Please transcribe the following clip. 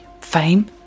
fame